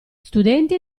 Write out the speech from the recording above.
studenti